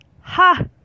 Ha